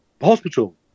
hospital